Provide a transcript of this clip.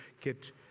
get